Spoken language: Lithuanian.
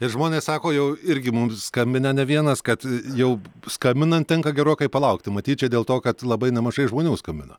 ir žmonės sako jau irgi mums skambina ne vienas kad jau skambinant tenka gerokai palaukti matyt dėl to kad labai nemažai žmonių skambina